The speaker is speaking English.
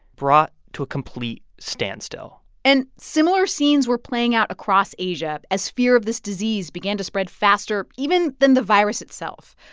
brought to a complete standstill and similar scenes were playing out across asia as fear of this disease began to spread faster even than the virus itself.